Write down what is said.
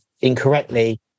incorrectly